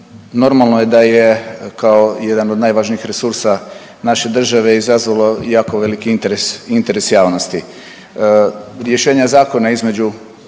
normalno je da je kao jedan od najvažnijih resursa naše države izazvalo jako veliki interes, interes javnosti. Rješenja zakona između